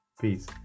Peace